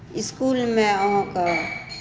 इसकुलमे अहाँके